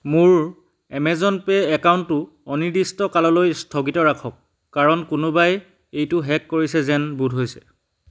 মোৰ Amazon pay একাউণ্টটো অনিৰ্দিষ্টকাললৈ স্থগিত ৰাখক কাৰণ কোনোবাই এইটো হেক কৰিছে যেন বোধ হৈছে